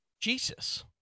Jesus